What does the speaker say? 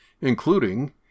including